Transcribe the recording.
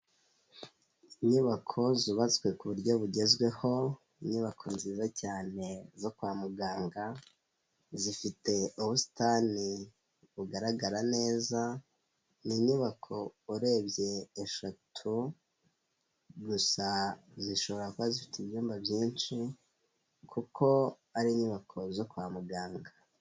Inyubako zubatswe ku buryo bugezweho, inyubako nziza cyane zo kwa muganga zifite ubusitani bugaragara neza, ni inyubako urebye eshatu gusa zishobora kuba zifite ibyumba byinshi kuko ari inyubako zo kwa muganga.